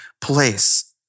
place